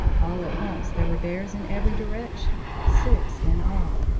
all at once there were bears in every direction, six in all.